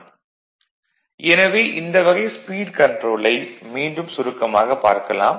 vlcsnap 2018 11 05 09h55m32s65 எனவே இந்த வகை ஸ்பீடு கன்ட்ரோலை மீண்டும் சுருக்கமாகப் பார்க்கலாம்